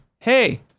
Hey